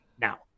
now